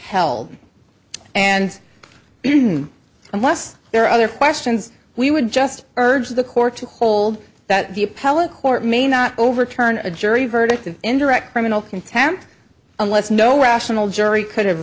held and unless there are other questions we would just urge the court to hold that the appellate court may not overturn a jury verdict in indirect criminal contempt unless no rational jury could have